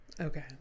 okay